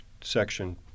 section